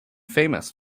famous